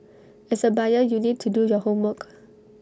as A buyer you need to do your homework